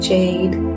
Jade